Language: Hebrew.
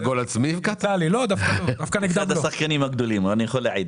אחד השחקנים הגדולים, אני יכול להגיד.